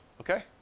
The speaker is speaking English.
Okay